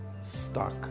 stuck